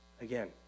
Again